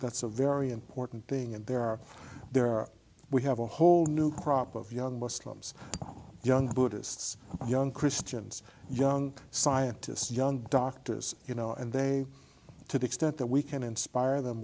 that's a very important thing and there are there are we have a whole new crop of young muslims young buddhists young christians young scientists young doctors you know and they to the extent that we can inspire them